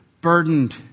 burdened